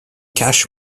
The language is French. cash